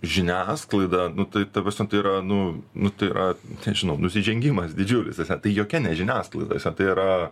žiniasklaida nu tai ta prasme tai yra nu nu tai yra nežinau nusižengimas didžiulis tasme tai jokia ne žiniasklaida tasme tai yra